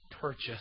purchase